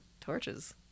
torches